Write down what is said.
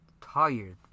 tired